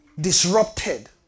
disrupted